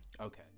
Okay